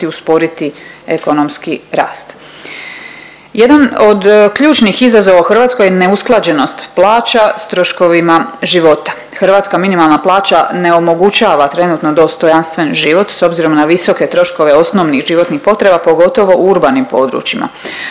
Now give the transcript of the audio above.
i usporiti ekonomski rast. Jedan od ključnih izazova u Hrvatskoj je neusklađenost plaća s troškovima života. Hrvatska minimalna plaća ne omogućava trenutno dostojanstven život s obzirom na visoke troškove osnovnih životnih potreba pogotovo u urbanim područjima.